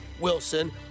Wilson